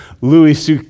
Louis